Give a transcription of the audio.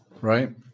right